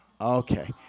okay